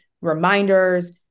reminders